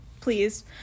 please